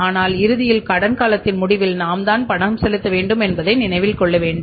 ஆனால் இறுதியில் கடன் காலத்தின் முடிவில் நாம்தான் பணம் செலுத்த வேண்டும் என்பதை நினைவில் கொள்ளவேண்டும்